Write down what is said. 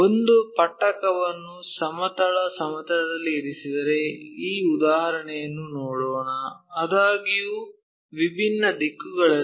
ಒಂದು ಪಟ್ಟಕವನ್ನು ಸಮತಲ ಸಮತಲದಲ್ಲಿ ಇರಿಸಿದರೆ ಈ ಉದಾಹರಣೆಯನ್ನು ನೋಡೋಣ ಆದಾಗ್ಯೂ ವಿಭಿನ್ನ ದಿಕ್ಕುಗಳಲ್ಲಿ